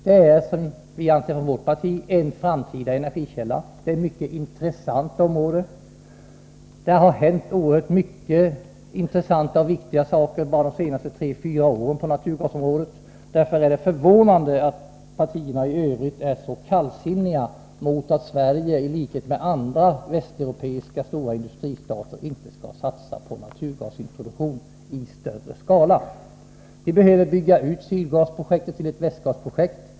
Vi anser inom vårt parti att naturgas är en framtida energikälla, och detta är ett intressant område, där det har hänt viktiga saker bara under de senaste tre fyra åren. Därför är det förvånande att partierna i övrigt är så kallsinniga inför att Sverige, i likhet med andra västeuropeiska stora industristater, skulle satsa på naturgasintroduktion i större skala. Vi behöver bygga ut sydgasprojektet till ett västgasprojekt.